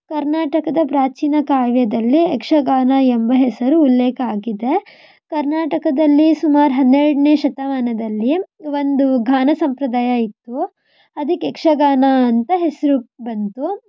ಕರ್ನಾಟಕದ ಪ್ರಾಚೀನ ಕಾವ್ಯದಲ್ಲಿ ಯಕ್ಷಗಾನ ಎಂಬ ಹೆಸರು ಉಲ್ಲೇಖ ಆಗಿದೆ ಕರ್ನಾಟಕದಲ್ಲಿ ಸುಮಾರು ಹನ್ನೆರಡನೇ ಶತಮಾನದಲ್ಲಿ ಒಂದು ಗಾನ ಸಂಪ್ರದಾಯ ಇತ್ತು ಅದಕ್ಕೆ ಯಕ್ಷಗಾನ ಅಂತ ಹೆಸರು ಬಂತು